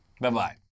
Bye-bye